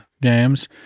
games